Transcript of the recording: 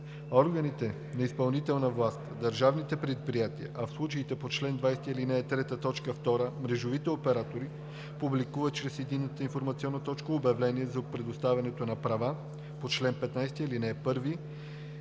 Органите на изпълнителната власт, държавните предприятия, а в случаите по чл. 20, ал. 3, т. 2 – мрежовите оператори, публикуват чрез Единната информационна точка обявления за предоставянето на права по чл. 15, ал. 1 и